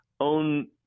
own